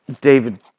David